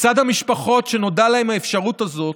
לצד המשפחות שנודעה להן האפשרות הזאת,